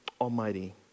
Almighty